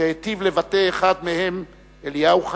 שהיטיב לבטא אחד מהם, אליהו חכים,